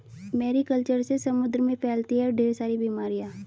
Mary culture से समुद्र में फैलती है ढेर सारी बीमारियां